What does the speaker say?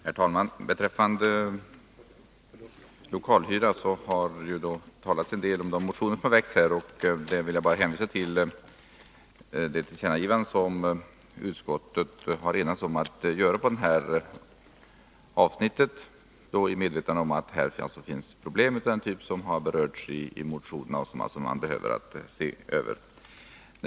Herr talman! När det gäller lokalhyra har här talats en del om de motioner som väckts. Jag vill bara hänvisa till det tillkännagivande som utskottet har enats om att göra på det här avsnittet —i medvetande om att det finns problem av den typ som berörts i motionen och att vissa delar behöver ses över.